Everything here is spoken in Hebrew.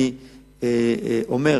אני אומר,